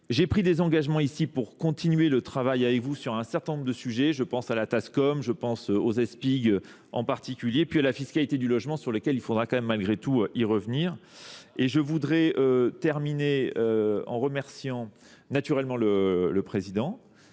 J'ai pris des engagements ici pour continuer le travail avec vous sur un certain nombre de sujets, je pense à la TASCOM, je pense aux ESPIG en particulier, puis à la fiscalité du logement sur lequel il faudra quand même malgré tout y revenir. Et je voudrais terminer en remerciant naturellement le président.